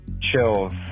chills